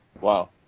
Wow